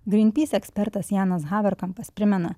grynpys ekspertas janas haverkampas primena